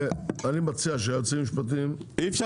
אני מציע שהיועצים המשפטיים אי אפשר